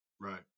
right